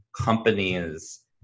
companies